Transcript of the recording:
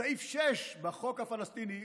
בסעיף 6 בחוק הפלסטיני